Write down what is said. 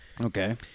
Okay